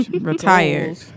Retired